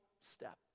step